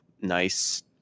nice